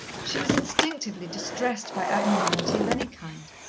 she was instinctively distressed by abnormality of any kind.